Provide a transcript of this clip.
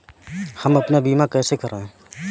हम अपना बीमा कैसे कराए?